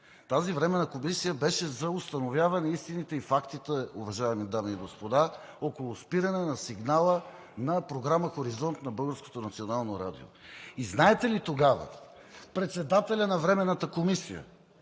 Тази Временна комисия беше за установяване истините и фактите, уважаеми дами и господа, около спиране на сигнала на Програма „Хоризонт“ на Българското национално радио. И знаете ли, тогава председателят на Временната комисия,